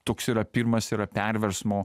toks yra pirmas yra perversmo